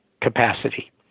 capacity